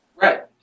right